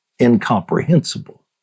incomprehensible